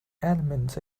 elements